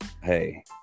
hey